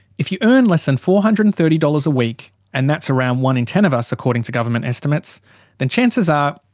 if you earn less than say four hundred and thirty dollars a week and that's around one and ten of us, according to government estimates then chances are,